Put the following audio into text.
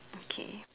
okay